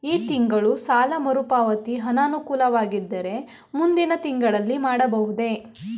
ಈ ತಿಂಗಳು ಸಾಲ ಮರುಪಾವತಿ ಅನಾನುಕೂಲವಾಗಿದ್ದರೆ ಮುಂದಿನ ತಿಂಗಳಲ್ಲಿ ಮಾಡಬಹುದೇ?